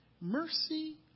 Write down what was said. mercy